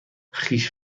خویش